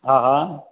हा हा